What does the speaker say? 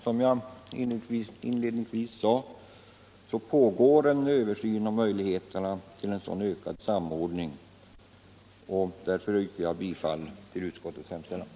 Som jag sade inledningsvis pågår en översyn av möjligheterna till en sådan ökad samordning, och därför yrkar jag bifall till utskottets hemställan.